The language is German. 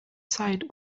zeit